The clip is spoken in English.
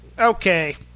Okay